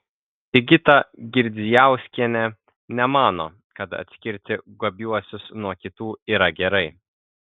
sigita girdzijauskienė nemano kad atskirti gabiuosius nuo kitų yra gerai